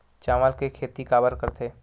चावल के खेती काबर करथे?